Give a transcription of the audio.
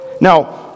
Now